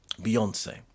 Beyonce